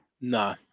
No